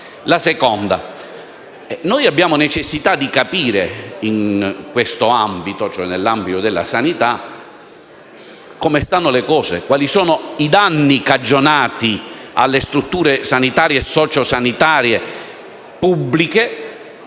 il seguente. Abbiamo necessità di capire nell'ambito della sanità come stanno le cose, quali sono i danni cagionati alle strutture sanitarie e sociosanitarie pubbliche,